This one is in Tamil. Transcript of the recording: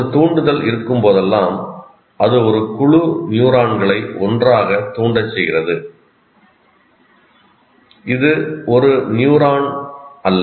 ஒரு தூண்டுதல் இருக்கும்போதெல்லாம் அது ஒரு குழு நியூரான்களை ஒன்றாகச் தூண்டச் செய்கிறது இது ஒரு நியூரான் அல்ல